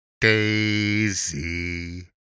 Daisy